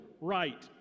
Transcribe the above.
Right